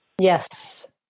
Yes